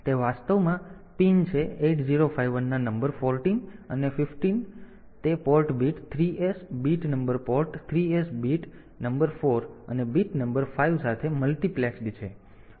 તેથી તે વાસ્તવમાં પિન છે 8051 ના નંબર 14 અને 15 અને તે port bit 3s bit number port 3s bit number 4 અને બીટ નંબર 5 સાથે મલ્ટિપ્લેક્સ્ડ છે